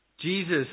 Jesus